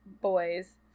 boys